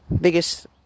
Biggest